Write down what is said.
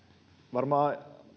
varmaan